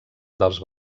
dels